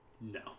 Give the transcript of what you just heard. No